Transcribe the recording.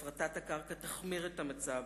הפרטת הקרקע תחמיר את המצב,